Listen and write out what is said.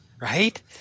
Right